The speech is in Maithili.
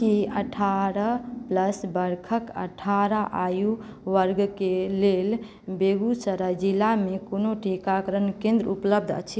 की अठारह प्लस बरखक अठारह आयु वर्गके लेल बेगुसराय जिलामे कोनो टीकाकरण केंद्र उपलब्ध अछि